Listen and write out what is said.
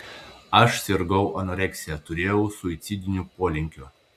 aš sirgau anoreksija turėjau suicidinių polinkių